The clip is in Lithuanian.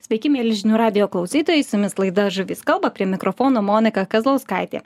sveiki mieli žinių radijo klausytojai su jumis laida žuvys kalba prie mikrofono monika kazlauskaitė